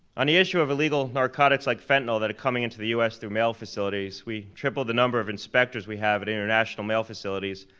on the issue of illegal narcotics like fentanyl that are coming into the u s. through mail facilities, we tripled the numbers of inspectors we have at international mail facilities,